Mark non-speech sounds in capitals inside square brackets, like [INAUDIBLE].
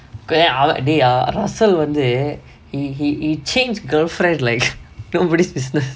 [NOISE] ah they ah russel one day he he he changed girlfriend like [NOISE] nobody's business